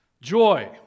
Joy